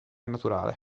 naturale